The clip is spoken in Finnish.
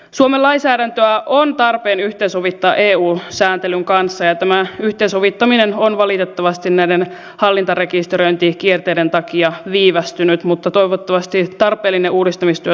suomen lainsäädäntöä on tarpeen yhteensovittaa eu sääntelyn kanssa ja tämä yhteensovittaminen on valitettavasti näiden hallintarekisteröintikierteiden takia viivästynyt mutta toivottavasti tarpeellinen uudistamistyö saadaan nyt tehtyä